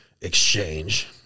exchange